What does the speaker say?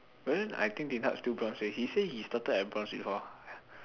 but then I think Din-Tat still bronze leh he say he started at bronze before